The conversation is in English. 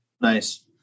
Nice